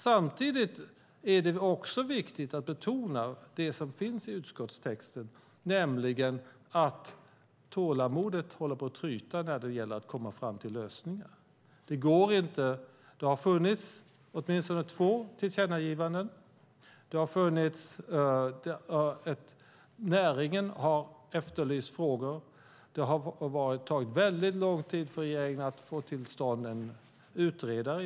Samtidigt är det viktigt att betona det som finns i utskottstexten, nämligen att tålamodet håller på att tryta när det gäller att komma fram till lösningar. Det har funnits åtminstone två tillkännagivanden. Näringen har efterlyst frågor. Det har tagit lång tid för regeringen att få till stånd en utredare.